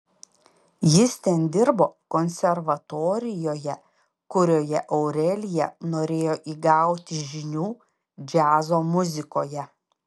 jis ten dirbo konservatorijoje kurioje aurelija norėjo įgauti žinių džiazo muzikoje